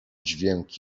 dźwięk